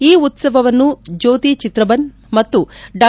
ಈ ಉತ್ಸವವನ್ನು ಜ್ಯೋತಿ ಚಿತ್ರಬನ್ ಮತ್ತು ಡಾ